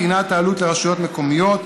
בחינת העלות לרשויות מקומיות),